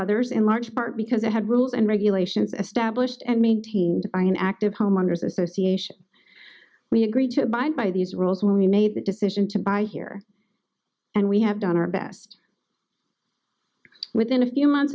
others in large part because it had rules and regulations established and maintained by an active homeowners association we agreed to abide by these rules when we made the decision to buy here and we have done our best within a few months